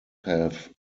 have